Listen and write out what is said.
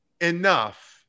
enough